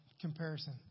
comparison